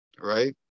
right